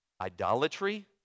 idolatry